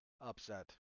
upset